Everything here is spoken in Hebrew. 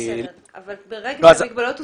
אבל ברגע שהמגבלות הוסרו,